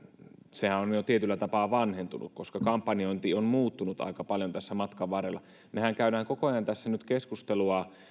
sehän on jo tietyllä tapaa vanhentunut koska kampanjointi on muuttunut aika paljon tässä matkan varrella mehän käymme nyt koko ajan tässä keskustelua